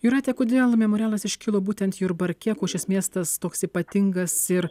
jūrate kodėl memorialas iškilo būtent jurbarke kuo šis miestas toks ypatingas ir